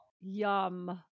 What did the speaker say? yum